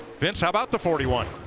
vince how about the forty one.